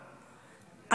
בצבא,